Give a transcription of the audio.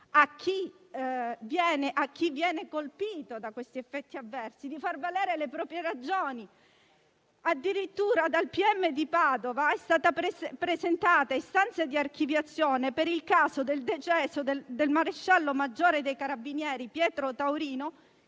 a chi viene colpito dagli effetti avversi di far valere le proprie ragioni. Addirittura dal pubblico ministero di Padova è stata presentata richiesta di archiviazione per il caso del decesso del maresciallo maggiore dei Carabinieri Pietro Taurino,